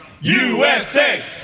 USA